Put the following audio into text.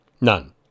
none